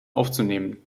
aufzunehmen